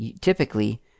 typically